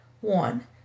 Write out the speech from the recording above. One